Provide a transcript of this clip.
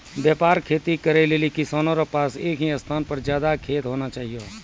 व्यापक खेती करै लेली किसानो रो पास एक ही स्थान पर ज्यादा खेत होना चाहियो